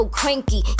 cranky